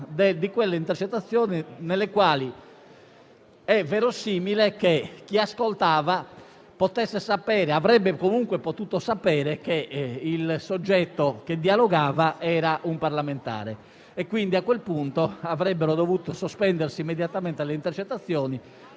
di quelle intercettazioni nelle quali è verosimile che chi ascoltava avrebbe potuto sapere che il soggetto che dialogava fosse un parlamentare, e a quel punto avrebbero dovuto sospendersi immediatamente le intercettazioni